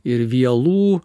ir vielų